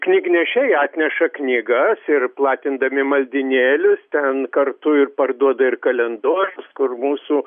knygnešiai atneša knygas ir platindami maldynėlius ten kartu ir parduoda ir kalendorius kur mūsų